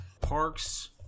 Parks